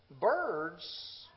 birds